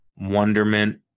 wonderment